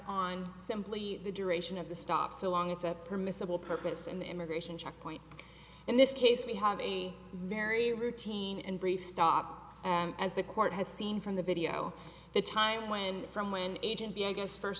on simply the duration of the stops along it's a permissible purpose in the immigration checkpoint in this case we have a very routine and brief stop and as the court has seen from the video the time when from when agent b i guess first